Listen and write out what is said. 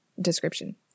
description